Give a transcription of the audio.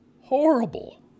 horrible